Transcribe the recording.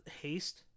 haste